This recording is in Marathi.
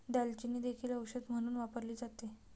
दालचिनी देखील औषध म्हणून वापरली जाते